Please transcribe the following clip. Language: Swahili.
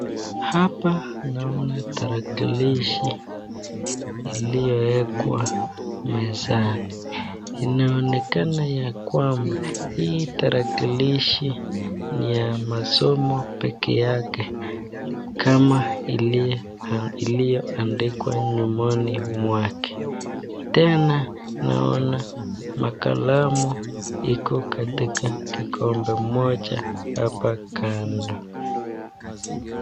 Hapa naona tarakilishi iliyowekwa mezani, inaonekana ya kwamba hii tarakilishi ni ya masomo peke yake kama iliyoandikwa nyumoni mwake, tena naona makalamu iko katika kikombe moja hapa kando.